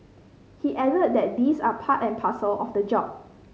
he added that these are part and parcel of the job